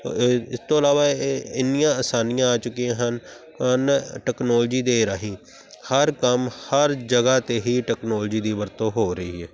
ਇਸ ਤੋਂ ਇਲਾਵਾ ਇਹ ਇੰਨੀਆਂ ਆਸਾਨੀਆ ਆ ਚੁੱਕੀਆਂ ਹਨ ਹਨ ਟੈਕਨੋਲੋਜੀ ਦੇ ਰਾਹੀਂ ਹਰ ਕੰਮ ਹਰ ਜਗ੍ਹਾ 'ਤੇ ਹੀ ਟੈਕਨੋਲਜੀ ਦੀ ਵਰਤੋਂ ਹੋ ਰਹੀ ਹੈ